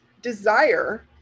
desire